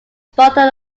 father